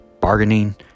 bargaining